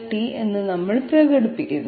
∆t എന്നു നമ്മൾ പ്രകടിപ്പിക്കുന്നു